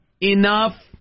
enough